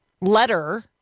letter